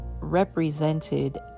represented